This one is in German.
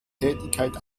tätigkeit